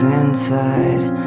inside